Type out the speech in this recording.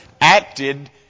acted